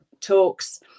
talks